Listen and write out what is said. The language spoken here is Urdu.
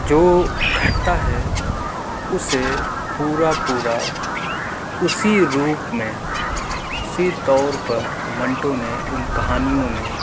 جو گھٹتا ہے اسے پورا پورا اسی روپ میں اسی طور پر منٹو نے ان کہانیوں میں